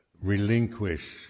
relinquish